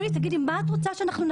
הם אומרים לי: מה את רוצה שנעשה,